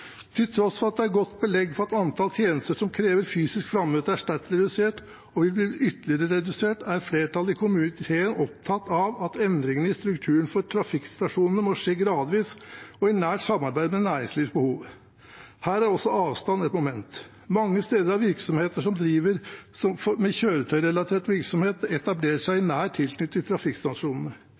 Til tross for at det er godt belegg for at antall tjenester som krever fysisk frammøte er sterkt redusert, og vil bli ytterligere redusert, er flertallet i komiteen opptatt av at endringene i strukturen for trafikkstasjonene må skje gradvis og i nært samarbeid med næringslivets behov. Her er også avstand et moment. Mange steder har virksomheter som driver med kjøretøyrelatert virksomhet, etablerert seg i nær tilknytning til trafikkstasjonene.